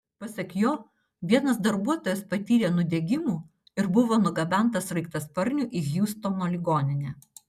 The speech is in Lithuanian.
pasak jo vienas darbuotojas patyrė nudegimų ir buvo nugabentas sraigtasparniu į hjustono ligoninę